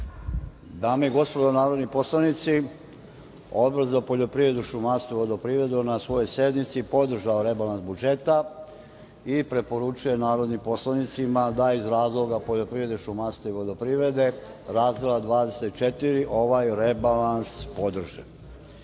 Dame i gospodo narodni poslanici, Odbor za poljoprivredu, šumarstvo i vodoprivredu je na svojoj sednici je podržao rebalans budžeta i preporučuje narodnim poslanicima da iz razloga poljoprivrede, šumarstva i vodoprivrede, razdeo 24, ovoj rebalans podrže. Dame